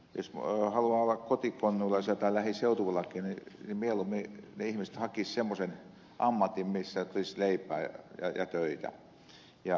jos haluaa olla kotikonnuilla tai lähiseutuvillakin niin mieluummin ne ihmiset hakisivat semmoisen ammatin missä tulisi leipää ja töitä